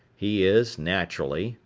he is, naturally,